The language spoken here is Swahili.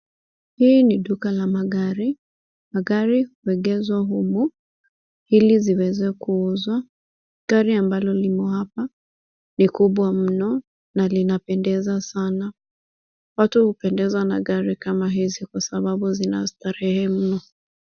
Hii ni duka la magari. Magari huegeshwa humu ili ziweze kuuzwa. Gari ambalo limo hapa ni kubwa mno na linapendeza sana. Watu hupendezwa na gari kama hizi kwa sababu zina starehe mno.